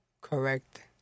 correct